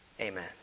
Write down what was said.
Amen